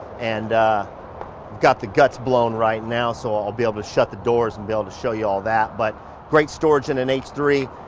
and got the guts blown right now, so i'll be able to shut the doors and be able to show you all that. but great storage in an h three.